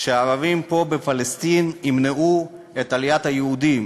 שהערבים פה בפלסטין ימנעו את עליית היהודים.